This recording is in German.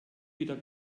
wieder